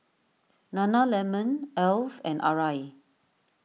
Nana Lemon Alf and Arai